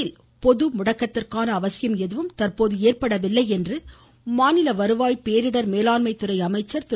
உதயகுமார் தமிழகத்தில் பொதுமுடக்கத்திற்கான அவசியம் எதுவும் தற்போது ஏற்படவில்லை என்று மாநில வருவாய் மற்றும் பேரிடர் மேலாண்மை துறை அமைச்சர் திரு